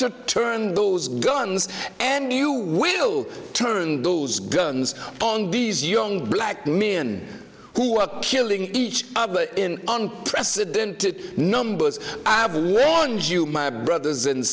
to turn those guns and you will turn those guns on these young black men who are killing each other in unprecedented numbers avalanches you my brothers and